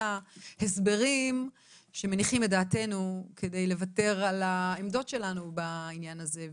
ההסברים שמניחים את דעתנו כדי לוותר על העמדות שלנו בעניין הזה.